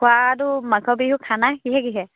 খোৱাটো মাঘৰ বিহু খানা কিহে কিহে